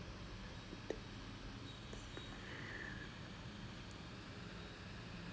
ah no எனக்கு:enakku (uh huh) நான் அந்த மாதிரி சொல்லலே:naan antha maathiri sollalae so for example if I'm really good at excel